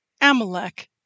Amalek